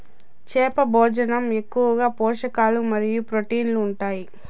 చేప భోజనంలో ఎక్కువగా పోషకాలు మరియు ప్రోటీన్లు ఉంటాయి